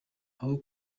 aho